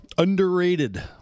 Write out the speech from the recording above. underrated